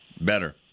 better